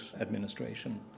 Administration